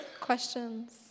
questions